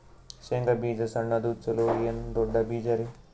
ಶೇಂಗಾ ಬೀಜ ಸಣ್ಣದು ಚಲೋ ಏನ್ ದೊಡ್ಡ ಬೀಜರಿ?